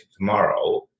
tomorrow